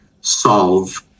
solve